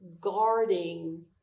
guarding